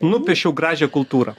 nupiešiau gražią kultūrą